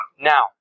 Now